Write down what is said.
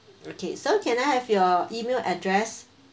okay so can I have your E-mail address